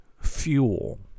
fuel